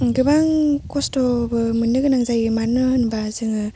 गोबां खस्थ'बो मोननो गोनां जायो मानो होनबा जोङो